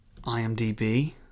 IMDB